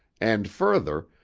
and further,